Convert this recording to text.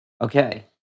Okay